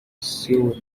siwe